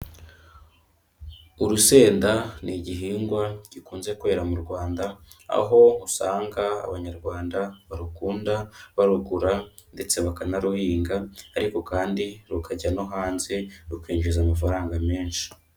Urusenda ni igihingwa gikunze kwera mu Rwanda, aho usanga Abanyarwanda barukunda barugura ndetse bakanaruhinga ariko kandi rukajya no hanze rukinjiza amafaranga menshi.